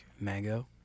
Mango